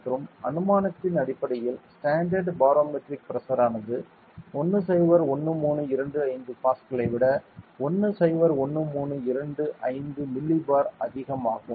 மற்றும் அனுமானத்தின் அடிப்படையில் ஸ்டாண்டர்டு பாரோமெட்ரிக் பிரஷர் ஆனது 101325 பாஸ்கலை விட 101325 மில்லிபார் அதிகம் ஆகும்